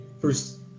First